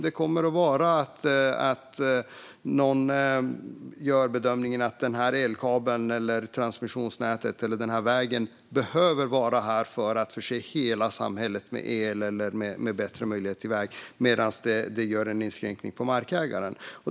Någon gör bedömningen att en elkabel, ett transmissionsnät eller en väg behöver anläggas på en viss plats för att förse hela samhället med el eller bättre transportmöjligheter, men det innebär en inskränkning för markägaren.